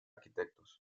arquitectos